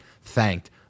thanked